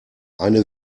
eine